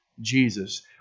Jesus